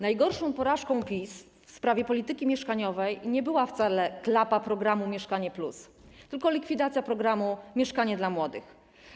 Najgorszą porażką PiS w sprawie polityki mieszkaniowej nie była wcale klapa programu „Mieszkanie+”, tylko likwidacja programu „Mieszkanie dla młodych”